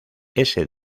ese